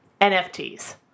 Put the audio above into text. NFTs